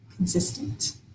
Consistent